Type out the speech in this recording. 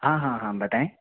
हाँ हाँ हाँ बताएं